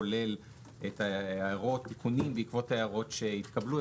כולל הערות ותיקונים בעקבות ההערות שהתקבלו,